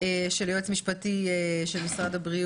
של יועץ משפטי של משרד הבריאות.